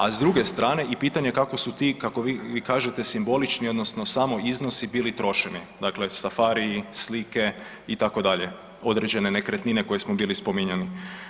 A s druge strane i pitanje kako su ti kako vi kažete simbolični odnosno samo iznosi bili trošeni, dakle safariji, slike itd., određene nekretnine koje smo bili spominjali.